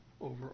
over